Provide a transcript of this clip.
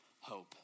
hope